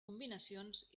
combinacions